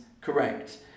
correct